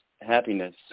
happiness